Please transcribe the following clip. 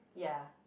ya